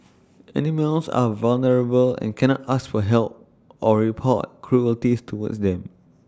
animals are vulnerable and cannot ask for help or report cruelties towards them